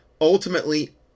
Ultimately